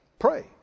pray